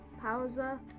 Pause